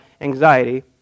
anxiety